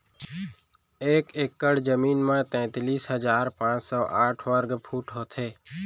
एक एकड़ जमीन मा तैतलीस हजार पाँच सौ साठ वर्ग फुट होथे